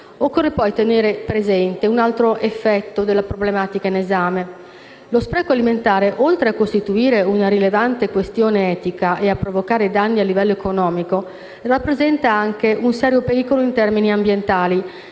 Occorre poi tenere presente un altro effetto della problematica in esame. Lo spreco alimentare, oltre a costituire una rilevante questione etica e a provocare danni a livello economico, rappresenta anche un serio pericolo in termini ambientali,